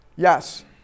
Yes